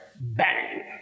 Bang